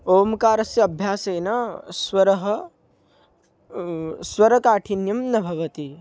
ओंकारस्य अभ्यासेन स्वरः स्वरकाठिन्यं न भवति